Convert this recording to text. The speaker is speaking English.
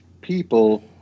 people